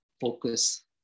focus